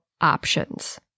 options